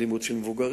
אלימות של מבוגרים.